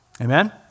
Amen